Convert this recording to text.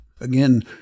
again